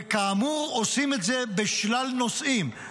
וכאמור, עושים את זה בשלל נושאים.